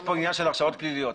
יש פה עניין של הרשעות פליליות.